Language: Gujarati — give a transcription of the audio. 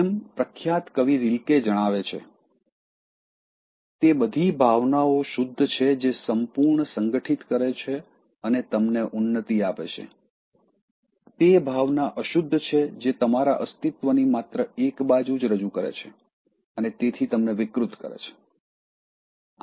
જેમ પ્રખ્યાત કવિ રિલ્કે જણાવે છે "તે બધી ભાવનાઓ શુદ્ધ છે જે સંપૂર્ણ સંગઠિત કરે છે અને તમને ઉન્નતિ આપે છે તે ભાવના અશુદ્ધ છે જે તમારા અસ્તિત્વની માત્ર એક બાજુ જ રજૂ કરે છે અને તેથી તમને વિકૃત કરે છે